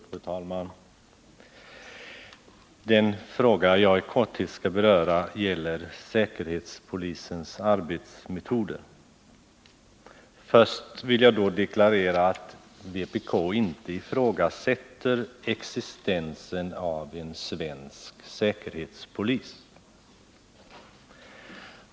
Fru talman! Den fråga jag i korthet skall beröra gäller säkerhetspolisens arbetsmetoder. Först vill jag då deklarera att vpk inte ifrågasätter existensen av en svensk säkerhetspolis.